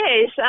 Yes